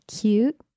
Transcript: cute